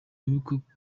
mwibuke